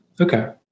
Okay